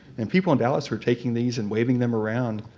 and people in dallas were taking these and waving them around,